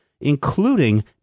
including